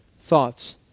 thoughts